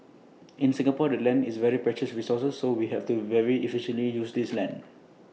in Singapore the land is very precious resource so we have to very efficiently use this land